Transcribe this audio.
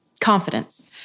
confidence